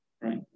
right